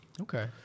Okay